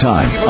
Time